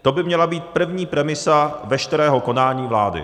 To by měla být první premisa veškerého konání vlády.